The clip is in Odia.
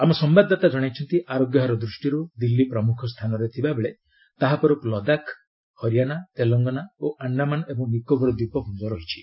ଆମ ସମ୍ଭାଦଦାତା ଜଣାଇଛନ୍ତି ଆରୋଗ୍ୟ ହାର ଦୃଷ୍ଟିରୁ ଦିଲ୍ଲୀ ପ୍ରମୁଖ ସ୍ଥାନରେ ଥିବା ବେଳେ ତାହାପରକୁ ଲଦାଖ ହରିଆଣା ତେଲଙ୍ଗାନା ଓ ଆଣ୍ଡାମାନ ଏବଂ ନିକୋବର ଦୀପପୁଞ୍ଜ ରହିଛି